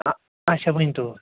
اَچھا ؤنۍتو